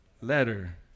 Letter